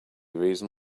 reason